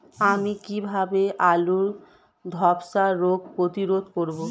আমি কিভাবে আলুর ধ্বসা রোগ প্রতিরোধ করব?